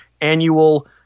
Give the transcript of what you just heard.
annual